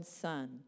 son